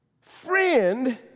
friend